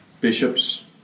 bishops